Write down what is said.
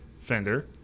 Fender